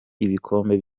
ibikombe